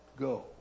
go